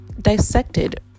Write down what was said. dissected